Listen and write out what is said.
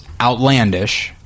outlandish